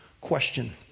question